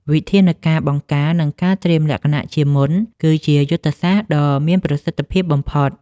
វិធានការបង្ការ និងការត្រៀមលក្ខណៈជាមុន គឺជាយុទ្ធសាស្ត្រដ៏មានប្រសិទ្ធភាពបំផុត។